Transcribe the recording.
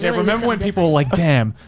yeah remember when people were like, damn,